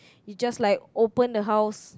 you just like open the house